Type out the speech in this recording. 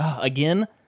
again